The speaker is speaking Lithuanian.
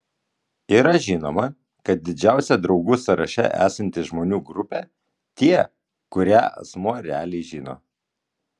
yra žinoma kad didžiausia draugų sąraše esanti žmonių grupė tie kurią asmuo realiai žino